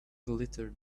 glittered